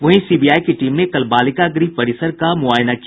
वहीं सीबीआई की टीम ने कल बालिका गृह परिसर का मुआयना किया